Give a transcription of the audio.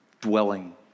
dwelling